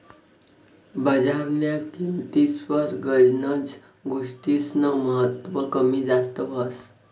बजारन्या किंमतीस्वर गनच गोष्टीस्नं महत्व कमी जास्त व्हस